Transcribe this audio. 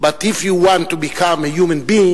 but if you want to become a human being,